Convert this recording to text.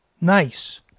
Nice